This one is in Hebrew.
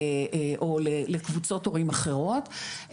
או לקבוצות הורים אחרות,